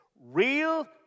Real